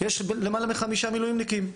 יש למעלה מחמישה מילואימניקים.